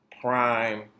prime